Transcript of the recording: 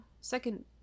second